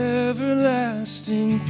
everlasting